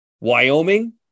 Wyoming